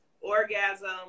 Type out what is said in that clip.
orgasm